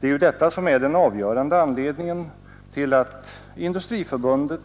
Det är ju detta som är den avgörande anledningen till att Industriförbundet